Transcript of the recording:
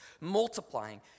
multiplying